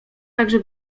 także